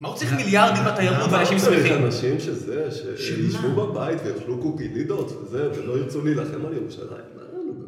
מה הוא צריך מיליארדים בתיירות ואנשים שמחים? מה הוא צריך לאנשים שזה, שישבו בבית ויאכלו קוקילידות וזה, ולא ירצו להילחם על ירושלים?